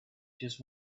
just